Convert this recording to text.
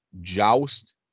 Joust